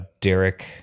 derek